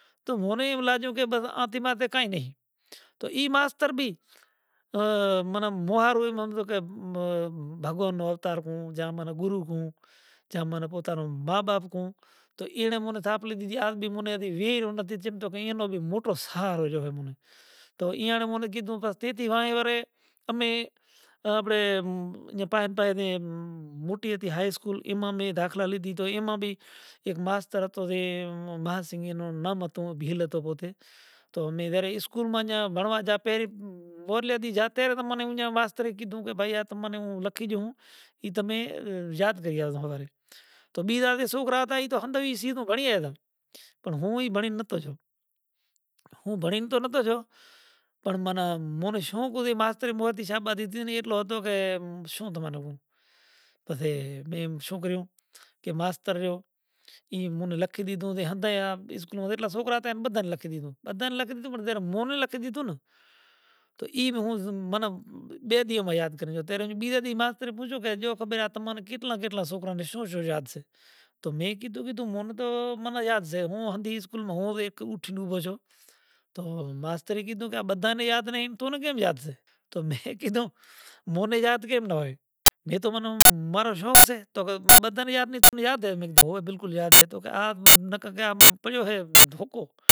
تو مونے ایم لاجیو کہ پسا آتی باتی کوئے نہیں تو ای ماستر بھی۔ آ من موں ھاروں کہ ایم ھمجیو کہ بہ بھگوان نوں اوتار موں جیا منے گوروں کوں ، جا منے پوتا نوں ماں باپ کوں، تو اینڑا مونے تھاپلی دیدھی۔ آج بھی مونے دی ویر اونا دی چیم تو کے اینوں بھی موٹو سہارو جووے منے۔ تو اینیٹا مونے بھی گھیدوں پس تے تی وائیں ورے امے اپڑے آ منجھا پاھے پاھے ام موٹی ھتی ھائے اسکول ایما مے داخلہ لیدھی توں ایما بھی اک ماستر ھتوں تے بھا سگی نوں نام ھتو کہ بھیل ھتو بو تے توں مئر ادھرے اسکول ما جا بھنڑوا جا پیر ور لئیا تھی جاتے رہیووں تے منے منجھا ماسترے گیدھوں کہ بھائی آ تمے موں لکھی دیئوں۔ ای تمے یاد کری آوو جو ھوارے۔ تو بیجا تے سوکرا ھتا ای تو ہم دا ایسی نوں بھنڑیائے دا۔ پڑں موں ان بھنڑن نتہ جوں۔ موں بھنڑن توں نتہ جوں پڑں منا مونے شھو کوھوئے کہ ماسترے مورے تے شاباشی دیدھی این جو ایٹلو ھتو کہ شوں تمنے کہوں۔ پسے ایم شوں کریوں کہ ماستر رہیو۔ این مونے لکھی دھیدوں دے ھدائے آپ اسکول نا جیٹلا سوکرا ھتا بدھائین لکھی دھیدوں۔ بدھائین لکھی دھیدوں تے پڑں مونے لکھی دھیدوں تو ایں موں از منم بہ دھیا موں یاد کریجو تو تیراں جو بیجے تھی ماسترے پوچھوں کہ جو کھبےاں تمنے کیٹلا کیٹلا سوکرا نے شوں شوں یاد شے۔ تو میں کیدھوں کہ مونے توں منا یاد سہ ھوں ھدی اسکول ما ھوں وے کہ اُٹھنوں وجوں تو ماسترے گھیدھوں کہ اں بدھائنے یاد نہیں تو نے کیم یاد شے۔ تو میں گھیدھوں مونے یاد کیم نہ ھوئے۔ اے تو منم مارو شوق شے تو بدھائنے یاد نہیں تنے یاد ھے۔ موں نے گھیدھوں کہ ھوئے منے یاد شے۔ تو آں نکاکے آ پڑیوں ھے ھوکوں۔